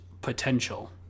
potential